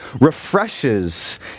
refreshes